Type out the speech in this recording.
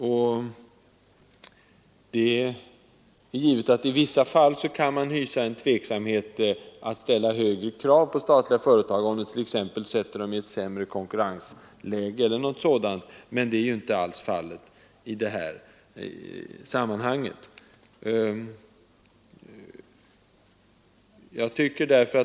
Det är givet att man ibland kan hysa tveksamhet inför att ställa högre krav på statliga företag, om det t.ex. sätter dem i ett sämre konkurrensläge, men detta är inte alls fallet i det här sammanhanget.